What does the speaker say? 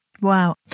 Wow